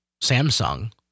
Samsung